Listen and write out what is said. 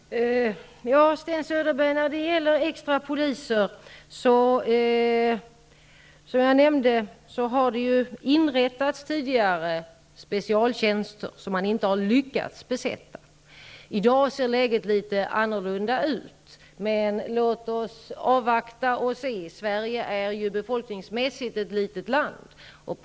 Fru talman! Sten Söderberg tog upp frågan om extrapoliser. Som jag nämnde har det tidigare inrättats specialtjänster, som man inte har lyckats besätta. I dag ser läget litet annorlunda ut, men låt oss avvakta och se. Sverige är ett litet land befolkningsmässigt.